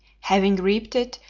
having reaped it,